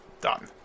done